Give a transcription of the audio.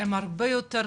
הם הרבה יותר קשות,